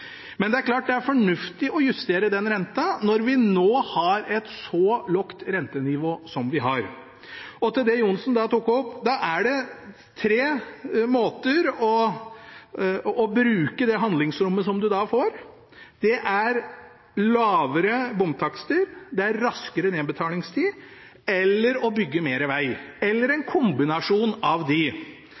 Men det er klart det er fornuftig å justere den renten når vi har et så lavt rentenivå som vi har nå. Og til det Johnsen tok opp: Det er tre måter å bruke det handlingsrommet på som en da får: lavere bomtakster, raskere nedbetalingstid eller å bygge mer vei – eller en kombinasjon av